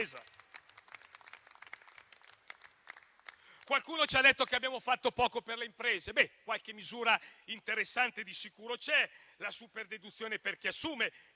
Qualcuno ci ha detto che abbiamo fatto poco per le imprese. Qualche misura interessante di sicuro c'è: la superdeduzione fino al